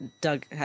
Doug